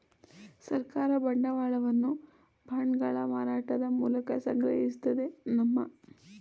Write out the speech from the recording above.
ಸರ್ಕಾರ ಬಂಡವಾಳವನ್ನು ಬಾಂಡ್ಗಳ ಮಾರಾಟದ ಮೂಲಕ ಸಂಗ್ರಹಿಸುತ್ತದೆ ನಮ್ಮ